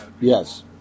yes